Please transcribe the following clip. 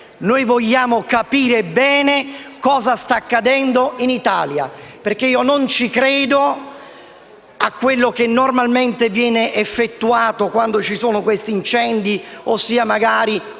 vogliamo capire bene cosa sta accadendo in Italia, perché non credo a quello che normalmente viene detto quando ci sono questi incendi e si chiama